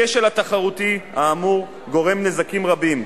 הכשל התחרותי האמור גורם נזקים רבים,